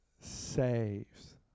Saves